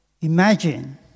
imagine